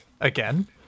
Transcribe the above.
again